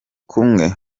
kumwe